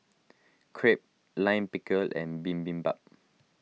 Crepe Lime Pickle and Bibimbap